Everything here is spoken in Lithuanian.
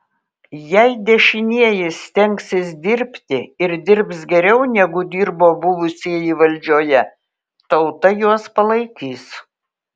jei dešinieji stengsis dirbti ir dirbs geriau negu dirbo buvusieji valdžioje tauta juos palaikys